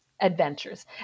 adventures